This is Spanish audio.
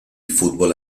fútbol